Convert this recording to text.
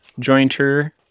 jointer